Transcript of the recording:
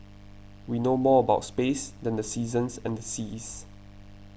we know more about space than the seasons and the seas